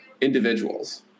individuals